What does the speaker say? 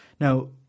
Now